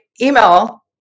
email